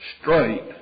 straight